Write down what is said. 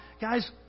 guys